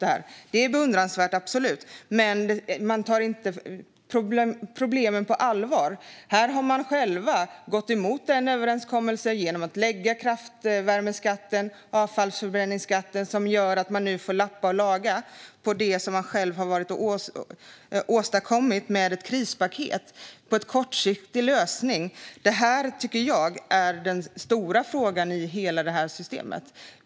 Det är absolut beundransvärt, men man tar inte problemen på allvar. Här har Socialdemokraterna själva gått emot en överenskommelse genom att lägga fram kraftvärmeskatten och avfallsförbränningsskatten, vilket gör att man nu får lappa och laga det man själv har varit med och åstadkommit med ett krispaket och med en kortsiktig lösning. Det här tycker jag är den stora frågan i hela systemet.